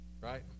Right